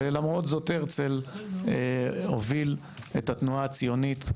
למרות זאת, הרצל הוביל את התנועה הציונית,